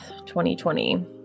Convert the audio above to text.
2020